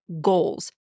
goals